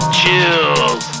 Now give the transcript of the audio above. chills